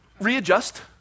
readjust